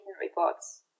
reports